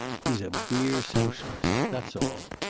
he's a beer socialist. that's all.